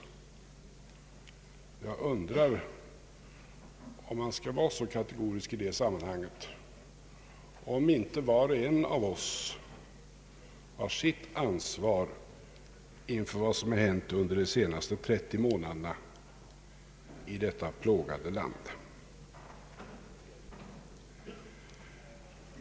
Jag undrar om man skall vara så kategorisk i detta sammanhang och om inte var och en av oss har sitt ansvar inför vad som hänt under de senaste 30 månaderna i detta plågade land.